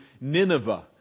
Nineveh